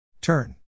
turn